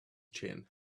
chin